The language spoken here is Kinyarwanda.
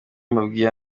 mbabwira